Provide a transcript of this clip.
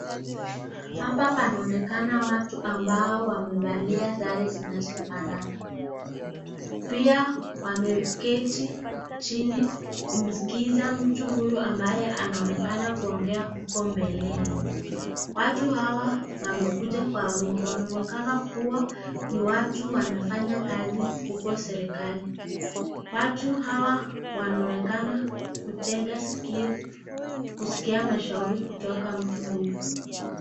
Hapa panaonekana watu ambao wamevalia sare zinazofanana. Pia wameketi chini kumsikiza mtu huyu ambaye anaonekana kuongea huko mbele. Watu wamekuja kwa wingi. Wanaonekana kua ni watu wanafanya kazi huko serikali. Watu hawa wanaonekana kutega sikio kuskia mashauri kutoka mtu huyu.